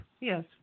Yes